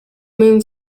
moon